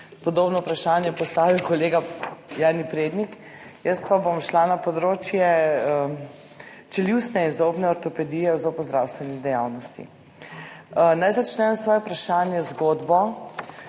podobno vprašanje postavil kolega Jani Prednik. Jaz pa bom šla na področje čeljustne in zobne ortopedije v zobozdravstveni dejavnosti. Naj začnem svoje vprašanje z zgodbo,